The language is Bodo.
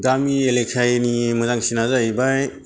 गामि एलेखायनि मोजांसिना जाहैबाय